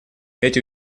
эти